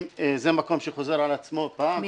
אם זה מקום שחוזר על עצמו פעם,